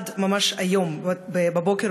ממש עד היום בבוקר,